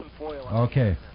Okay